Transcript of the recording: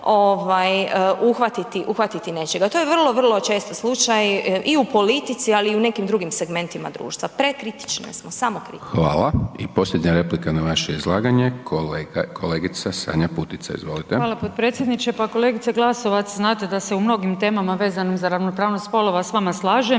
uhvatiti nečega. To je vrlo, vrlo često slučaj i u politici, ali i u nekim drugim segmentima društva. Prekritične smo, samokritične. **Hajdaš Dončić, Siniša (SDP)** Hvala. I posljednja replika na vaše izlaganje kolegica Sanja Putica, izvolite. **Putica, Sanja (HDZ)** Hvala potpredsjedniče. Pa kolegice Glasovac, znate da se u mnogim temama vezanim za ravnopravnost spolova s vama slažem